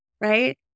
right